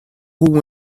who